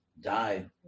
died